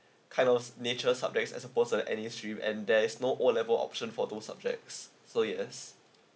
kind of nature's subjects as oppose the N_A stream and there is no O level option for those subjects so yes